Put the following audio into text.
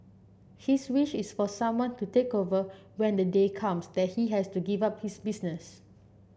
his wish is for someone to take over when the day comes that he has to give up his business